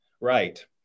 Right